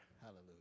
hallelujah